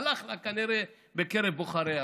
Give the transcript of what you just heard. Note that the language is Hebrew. הלך לה כנראה בקרב בוחריה.